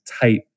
tight